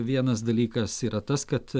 vienas dalykas yra tas kad